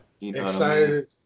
Excited